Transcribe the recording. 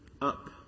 up